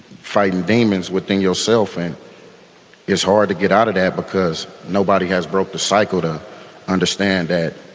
fighting demons within yourself. and it's hard to get out of that because nobody has broke the cycle to understand that.